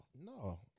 No